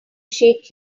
shake